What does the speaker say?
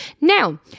now